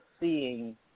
seeing